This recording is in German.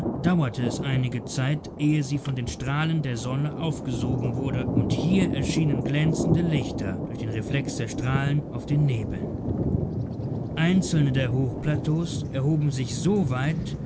dauerte es einige zeit ehe sie von den strahlen der sonne aufgesogen wurde und hier erschienen glänzende lichter durch den reflex der strahlen auf den nebeln einzelne der hochplateaus erhoben sich